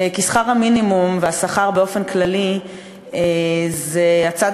כי שכר המינימום והשכר באופן כללי הם הצד